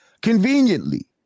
conveniently